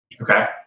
Okay